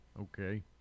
Okay